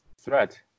threat